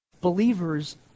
Believers